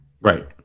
Right